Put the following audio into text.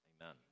Amen